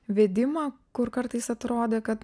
vedimą kur kartais atrodė kad